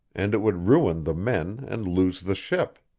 and it would ruin the men and lose the ship.